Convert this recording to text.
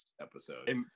episode